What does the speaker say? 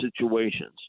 situations